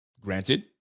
Granted